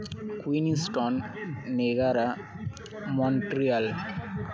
Queenston ᱱᱮᱜᱟᱨᱟᱜ Montreal